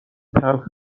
تلخ